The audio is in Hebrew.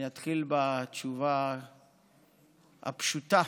אני אתחיל בתשובה הפשוטה: